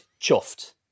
chuffed